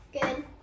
Good